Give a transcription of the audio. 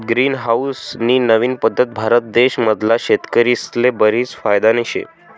green house नी नवीन पद्धत भारत देश मधला शेतकरीस्ले बरीच फायदानी शे